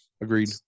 Agreed